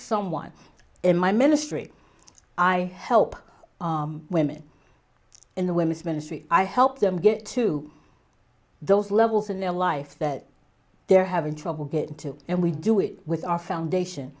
someone in my ministry i help women in the women's ministry i help them get to those levels in their life that they're having trouble getting to and we do it with our foundation